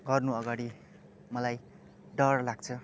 गर्नु अगाडि मलाई डर लाग्छ